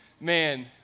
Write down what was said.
man